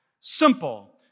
simple